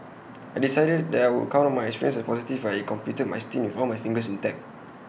I decided that I would count my experience as positive if I completed my stint with all my fingers intact